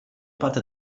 parte